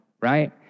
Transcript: right